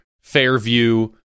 Fairview